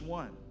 one